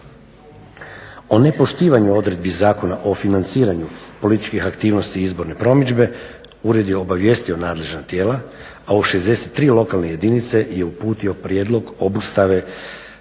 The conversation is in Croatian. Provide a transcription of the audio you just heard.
O nepoštivanju odredbi Zakona o financiranju političkih aktivnosti i izborne promidžbe ured je obavijestio nadležna tijela, a u 63 lokalne jedinice je uputio prijedlog obustave